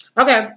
okay